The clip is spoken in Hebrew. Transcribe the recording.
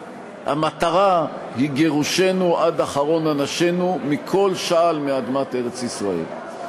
המטרה היא גירושנו עד אחרון אנשינו מכל שעל מאדמת ארץ-ישראל.